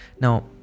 Now